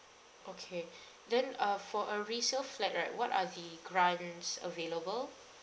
okay then uh for a resale flat right what are the grants available